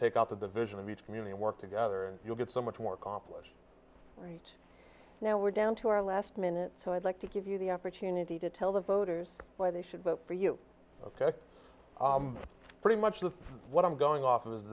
take out the division of each community work together and you'll get so much more accomplished right now we're down to our last minute so i'd like to give you the opportunity to tell the voters why they should vote for you pretty much of what i'm going off of is